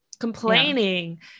complaining